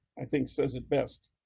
i think, says it best.